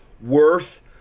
worth